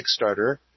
Kickstarter